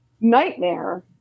nightmare